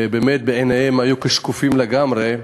ובאמת בעיניהם היו כשקופים לגמרי,